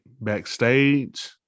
backstage